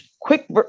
quick